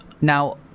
Now